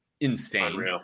insane